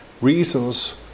reasons